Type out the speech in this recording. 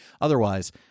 otherwise